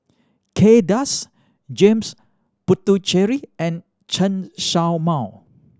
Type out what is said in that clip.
Kay Das James Puthucheary and Chen Show Mao